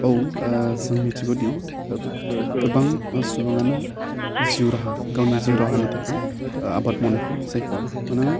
औ ओह जों मिथिगौदि गोबां सुबुङानो जिउ राहा गावनि जिउ राहानि थाखाय ओह आबाद मावनायखौ सायख'वा मानोना